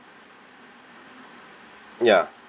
ya